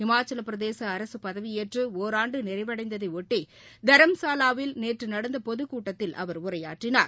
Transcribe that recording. இமாச்சல பிரதேச அரசு பதவியேற்று ஒராண்ட நிறைவடைந்ததைபொட்டி தரம்சாவாவில் நேற்று நடந்த பொதுக்கூட்டத்தில் அவர் உரையாற்றினார்